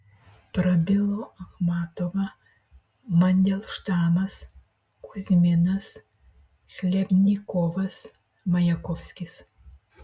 prabilo achmatova mandelštamas kuzminas chlebnikovas majakovskis